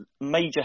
major